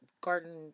garden